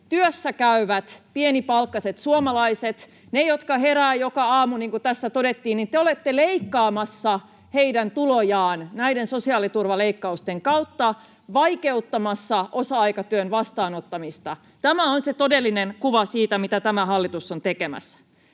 työssäkäyvät pienipalkkaiset suomalaiset, ne, jotka heräävät joka aamu, niin kuin tässä todettiin. Te olette leikkaamassa heidän tulojaan näiden sosiaaliturvaleikkausten kautta, vaikeuttamassa osa-aikatyön vastaanottamista. Tämä on se todellinen kuva siitä, mitä tämä hallitus on tekemässä.